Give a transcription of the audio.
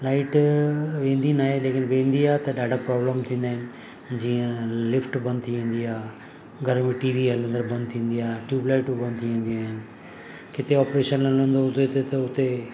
light वेंदी न आहे लेकिन वेंदी आहे त ॾाढा प्रॉब्लम थींदा आहिनि जीअं लिफ्ट बंदि थी वेंदी आहे घर में टीवी हलंदड़ बंदि थींदी आहे ट्यूबलाइटूं बंदि थी वेंदियूं आहिनि किथे ऑप्रेशन हलंदो हुजे त त हुते